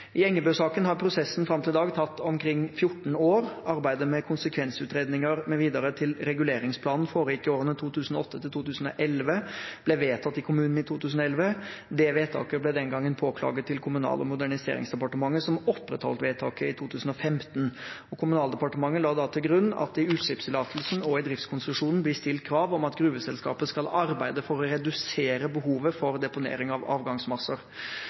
I Engebøsaken har prosessen fram til i dag tatt omkring 14 år. Arbeidet med konsekvensutredninger mv. til reguleringsplanen foregikk i årene 2008–2011 og ble vedtatt i kommunen i 2011. Vedtaket ble den gangen påklaget til Kommunal- og moderniseringsdepartementet, som opprettholdt vedtaket i 2015. Kommunaldepartementet la da til grunn at det i utslippstillatelsen og i driftskonsesjonen blir stilt krav om at gruveselskapet skal arbeide for å redusere behovet for deponering av avgangsmasser.